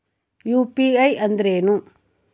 UPI ಅಂದ್ರೇನು?